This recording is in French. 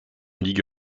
ligue